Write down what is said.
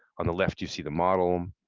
on the left you see the model.